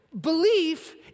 Belief